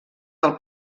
del